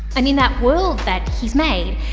and in that world that he's made,